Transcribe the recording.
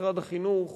משרד החינוך